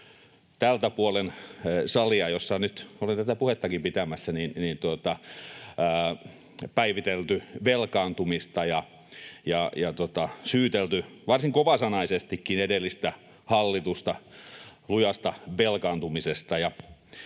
oikealta puolen salia, jossa nyt olen tätä puhettakin pitämässä, päivitelty velkaantumista ja syytelty varsin kovasanaisestikin edellistä hallitusta lujasta velkaantumisesta.